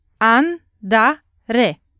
An-da-re